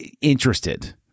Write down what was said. interested